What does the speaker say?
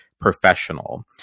professional